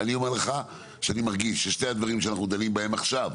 אני אומר לך שאני מרגיש ששני הדברים שאנחנו דנים בהם עכשיו,